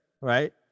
right